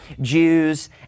Jews